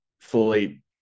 fully